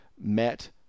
met